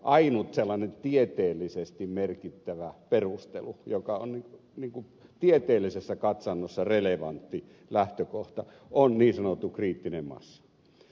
ainut sellainen tieteellisesti merkittävä perustelu joka on niin kuin tieteellisessä katsannossa relevantti lähtökohta on niin sanottu kriittinen massa